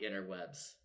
interwebs